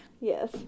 yes